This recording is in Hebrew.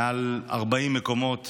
ביותר מ-40 מקומות